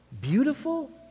beautiful